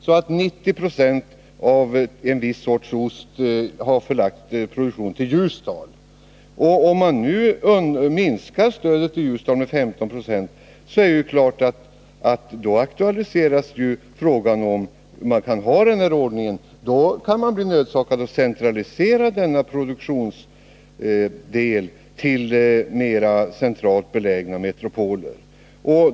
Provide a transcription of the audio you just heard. Produktionen av en viss sorts ost är t. ex till 90 92 förlagd till Ljusdal. Men om stödet till Ljusdal minskas med 15 26 är det klart att frågan aktualiseras om det går att ha kvar denna ordning. Man kan bli nödsakad att förlägga produktionsdelen till mer centralt belägna metropoler.